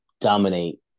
dominate